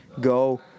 go